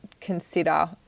consider